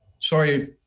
sorry